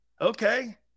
Okay